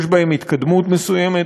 יש בהם התקדמות מסוימת,